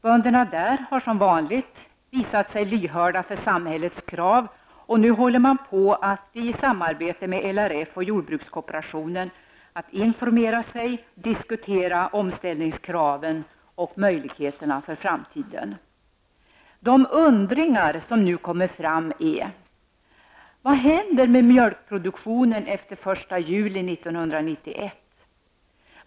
Bönderna där har som vanligt visat sig lyhörda för samhällets krav, och nu håller man i samarbete med LRF och jordbrukskooperationen på att informera sig och diskutera omställningskraven och möjligheterna för framtiden. De undringar som nu kommer fram är följande. juli 1991?